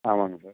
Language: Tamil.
ஆமாங்க சார்